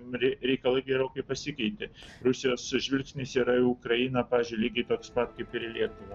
bendri reikalai gerokai pasikeitė rusijos žvilgsnis yra į ukrainą pavyzdžiui lygiai toks pat kaip ir į lietuvą